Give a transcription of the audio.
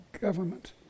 government